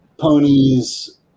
ponies